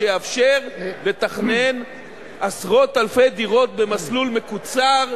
שיאפשר לתכנן עשרות אלפי דירות במסלול מקוצר,